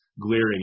glaring